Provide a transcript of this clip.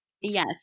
Yes